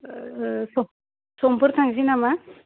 समफोर थांसै नामा